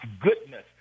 goodness